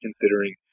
considering